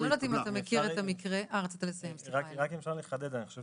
אם אפשר לחדד, אני חושב